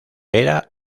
era